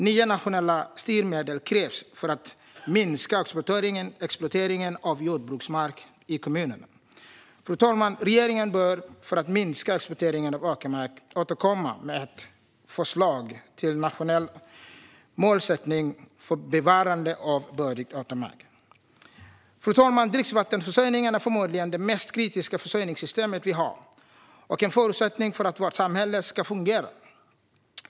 Nya nationella styrmedel krävs för att minska exploateringen av jordbruksmark i kommunerna. För att minska exploateringen av åkermark, fru talman, bör regeringen återkomma med ett förslag till nationell målsättning för bevarande av bördig åkermark. Fru talman! Dricksvattenförsörjningen är förmodligen det mest kritiska försörjningssystemet vi har och en förutsättning för att vårt samhälle ska fungera.